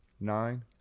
Nine